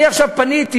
אני עכשיו פניתי